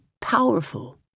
powerful